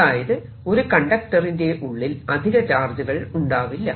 അതായത് ഒരു കണ്ടക്ടറിന്റെ ഉള്ളിൽ അധിക ചാർജുകൾ ഉണ്ടാവില്ല